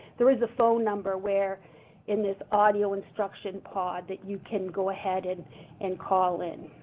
there is a phone number where in this audio instruction pod that you can go ahead and and call in.